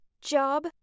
job